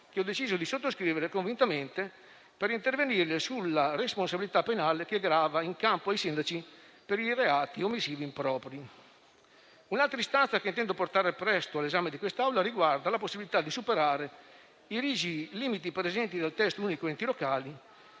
che ho deciso di sottoscrivere convintamente, per intervenire sulla responsabilità penale che grava in capo ai sindaci per i reati omissivi impropri. Un'altra istanza che intendo portare presto all'esame di quest'Assemblea riguarda la possibilità di superare i rigidi limiti presenti nel testo unico delle